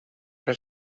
per